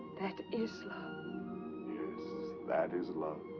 that is love. yes, that is love.